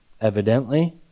evidently